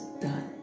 done